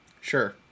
Sure